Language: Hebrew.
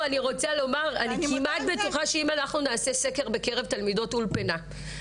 ואני כמעט בטוחה שאם נעשה סקר בקרב תלמידות אולפנה,